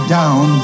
down